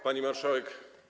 Pani Marszałek!